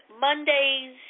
Mondays